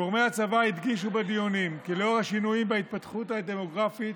גורמי הצבא הדגישו בדיונים כי לאור השינויים בהתפתחות הדמוגרפית,